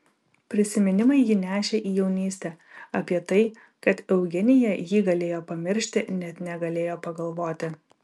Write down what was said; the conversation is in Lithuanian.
prisiminimai jį nešė į jaunystę apie tai kad eugenija jį galėjo pamiršti net negalėjo pagalvoti